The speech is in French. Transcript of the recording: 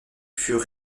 fut